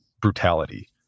brutality